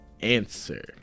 answer